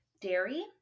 dairy